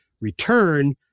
return